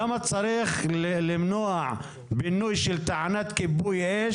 למה צריך למנוע בינוי של תחנת כיבוי אש